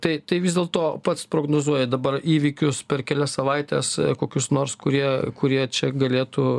tai tai vis dėlto pats prognozuoji dabar įvykius per kelias savaites kokius nors kurie kurie čia galėtų